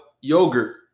yogurt